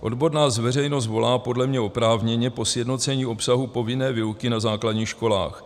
Odborná veřejnost volá podle mě oprávněně po sjednocení obsahu povinné výuky na základních školách.